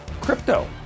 crypto